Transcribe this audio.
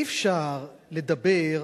אי-אפשר לדבר,